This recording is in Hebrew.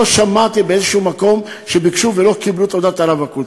לא שמעתי באיזשהו מקום שביקשו ולא קיבלו את תעודת הרווקות.